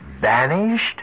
Vanished